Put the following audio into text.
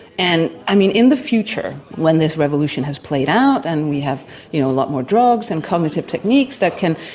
and i mean in the future when this revolution has played out and we have a you know lot more drugs and cognitive techniques that can,